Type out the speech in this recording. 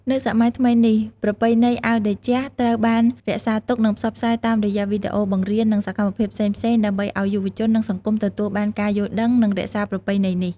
នៅសម័យថ្មីនេះ ប្រពៃណីអាវតេជៈត្រូវបានរក្សាទុក និងផ្សព្វផ្សាយតាមរយៈវីដេអូបង្រៀន និងសកម្មភាពផ្សេងៗ ដើម្បីអោយយុវជន និងសង្គមទទួលបានការយល់ដឹង និងរក្សាប្រពៃណីនេះ។